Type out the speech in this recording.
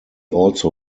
also